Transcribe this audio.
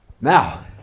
Now